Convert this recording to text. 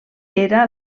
era